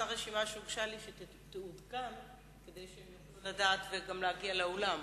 אותה רשימה שהוגשה לי שתעודכן כדי שהם יוכלו לדעת וגם להגיע לאולם.